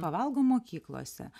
pavalgo mokyklose